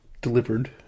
delivered